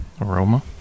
Aroma